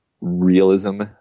realism